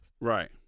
Right